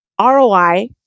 ROI